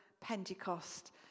Pentecost